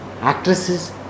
actresses